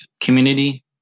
community